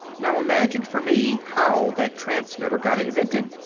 now imagine for me how that transmitter got invented!